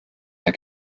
der